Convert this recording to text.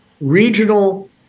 regional